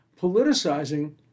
politicizing